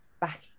back